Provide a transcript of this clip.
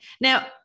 Now